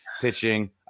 pitching